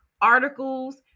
articles